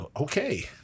Okay